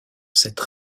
cette